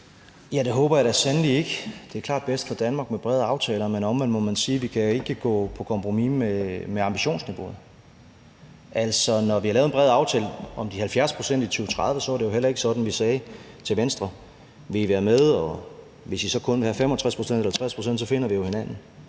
Jørgensen): Det håber jeg sandelig da ikke. Det er klart bedst for Danmark med brede aftaler, men omvendt må man sige, at vi ikke kan gå på kompromis med ambitionsniveauet. Når vi har lavet en bred aftale om de 70 pct. i 2030, var det jo heller ikke sådan, at vi sagde til Venstre: Vil I være med? Og hvis I så kun vil have 65 pct. eller 60 pct., så finder vi hinanden.